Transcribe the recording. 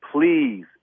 Please